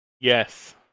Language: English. Yes